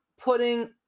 putting